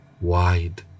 wide